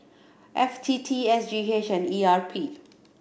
F T T S G H and E R P